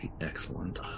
excellent